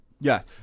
Yes